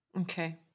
Okay